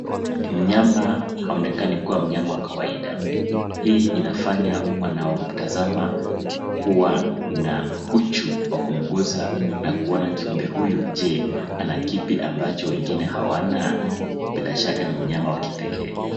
Mnyama haonekani kuwa mnyama wa kawaida. Hii inafanya wanaotazama kuwa na uchu wa kumgusa na kuona kiumbe huyu je, ana kipi amabacho wengine hawana? Bila shaka ni mnyama wa kipekee.